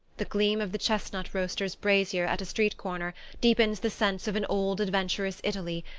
the gleam of the chestnut-roaster's brazier at a street corner deepens the sense of an old adventurous italy,